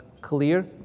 clear